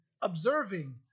observing